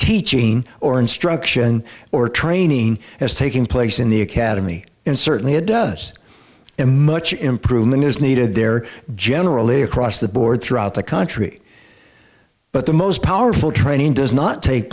teaching or instruction or training as taking place in the academy and certainly it does a much improvement is needed there generally across the board throughout the country but the most powerful training does not take